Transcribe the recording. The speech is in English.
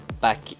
back